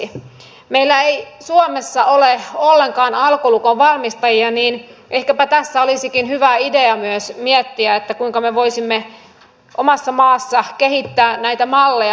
kun meillä ei suomessa ole ollenkaan alkolukon valmistajia niin ehkäpä tässä olisikin hyvä idea myös miettiä kuinka me voisimme omassa maassa kehittää näitä malleja